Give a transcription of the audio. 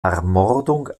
ermordung